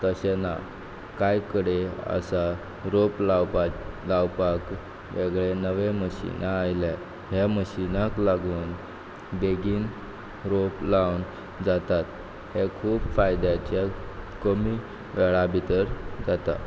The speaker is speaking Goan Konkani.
तशें ना कांय कडेन आसा रोप लावपा लावपाक वेगळे नवे मशिनां आयल्या ह्या मशिनाक लागून बेगीन रोप लावन जातात हें खूब फायद्याच्या कमी वेळा भितर जाता